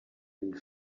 and